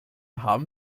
haben